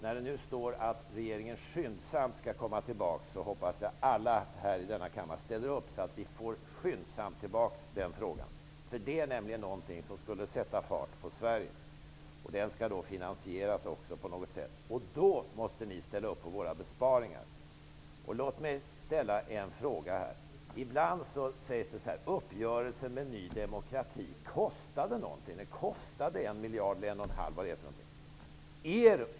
När det står att regeringen skyndsamt skall återkomma med förslag till lagreglering om sådan reglering behövs, hoppas jag att alla här i denna kammare ställer upp, så att vi skyndsamt får tillbaka ärendet för behandling. Direkt och nyvärdesavskrivningar skulle nämligen sätta fart på Sverige. En sådan reform skall också finansieras på något sätt. Då måste ni ställa upp på våra föreslagna besparingar. Ibland sägs det att uppgörelser med Ny demokrati kostar någonting, exempelvis 1 miljard eller 1,5 miljarder kronor.